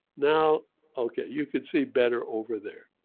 now okay you can see better over there.